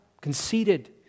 conceited